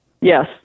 Yes